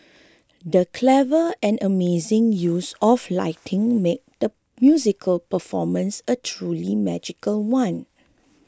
the clever and amazing use of lighting made the musical performance a truly magical one